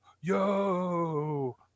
yo